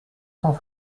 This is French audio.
cent